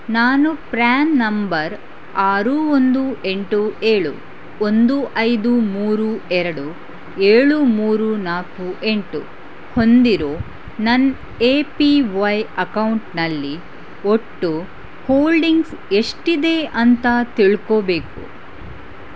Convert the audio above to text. ನಾನು PRAN number ಆರು ಒಂದು ಎಂಟು ಏಳು ಒಂದು ಐದು ಮೂರು ಎರಡು ಏಳು ಮೂರು ನಾಲ್ಕು ಎಂಟು ಹೊಂದಿರೋ ನನ್ನ ಎ ಪಿ ವೈ ಅಕೌಂಟ್ನಲ್ಲಿ ಒಟ್ಟು ಹೋಲ್ಡಿಂಗ್ಸ್ ಎಷ್ಟಿದೆ ಅಂತ ತಿಳ್ಕೊಳ್ಬೇಕು